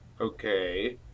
Okay